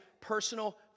personal